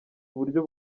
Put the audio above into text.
uburyo